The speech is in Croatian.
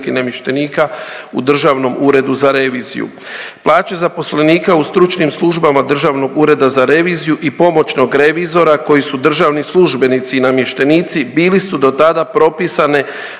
i namještenika u Državnom uredu za reviziju. Plaće zaposlenika u stručnim službama Državnog ureda za reviziju i pomoćnog revizora koji su državni službenici i namještenici bili su dotada propisane